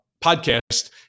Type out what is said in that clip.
podcast